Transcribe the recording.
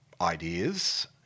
ideas